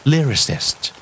Lyricist